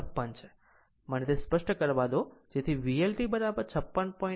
મને તે સ્પષ્ટ કરવા દો જેથી VL t 56